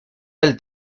del